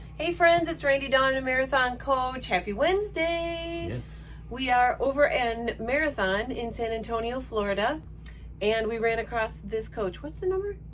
hey friends it's randy, dawn and a marathon coach, happy wednesday. yes. we are over in marathon in san antonio florida and we ran across this coach, what's the number?